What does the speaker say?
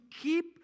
keep